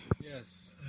Yes